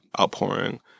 outpouring